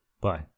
Bye